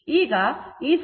66 √ 2 ಆಗಿದೆ